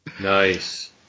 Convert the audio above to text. Nice